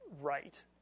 right